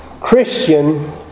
Christian